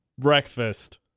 breakfast